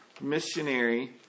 missionary